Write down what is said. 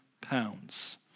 pounds